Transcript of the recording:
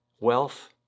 Wealth